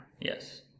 yes